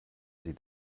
sie